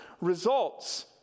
results